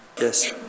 Yes